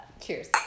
Cheers